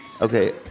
Okay